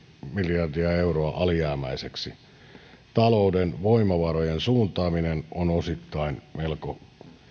miljardia euroa alijäämäiseksi talouden voimavarojen suuntaaminen on osittain melko